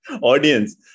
audience